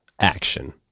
action